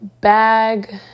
bag